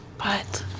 but,